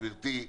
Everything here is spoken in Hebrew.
גברתי,